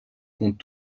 compte